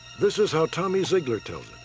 this is how tommy zeigler tells